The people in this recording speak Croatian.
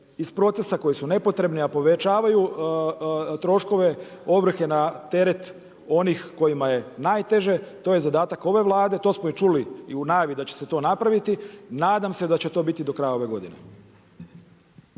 iz procesa koji su nepotrebni, a povećavaju troškove ovrhe na teret onih kojima je najteže. To je zadatak ove Vlade, to smo čuli i u najavi da će se to napraviti. Nadam se da će to biti do kraja ove godine.